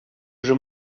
уже